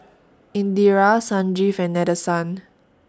Indira Sanjeev and Nadesan